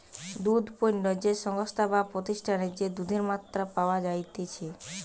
দুধ পণ্য যে সংস্থায় বা প্রতিষ্ঠানে যে দুধের মাত্রা পাওয়া যাইতেছে